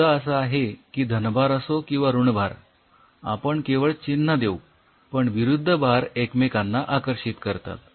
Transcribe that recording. मुद्दा असा आहे की धनभार असो किंवा ऋणभार आपण केवळ चिन्ह देऊ पण विरुद्ध भार एकमेकांना आकर्षित करतात